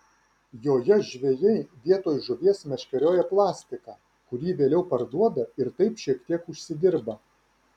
joje žvejai vietoj žuvies meškerioja plastiką kurį vėliau parduoda ir taip šiek tiek užsidirba